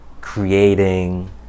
creating